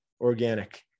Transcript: organic